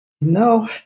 No